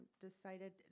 decided